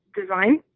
design